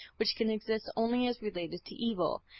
which can exist only as related to evil.